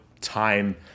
time